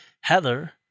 Heather